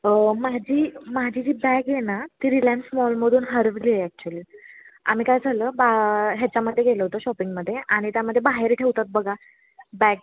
माझी माझी जी बॅग आहे ना ती रिलायन्स मॉलमधून हरवली आहे ॲक्च्युली आम्ही काय झालं बा ह्याच्यामध्ये गेलो होतो शॉपिंगमध्ये आणि त्यामध्ये बाहेर ठेवतात बघा बॅग